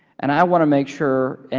and i want to make sure, and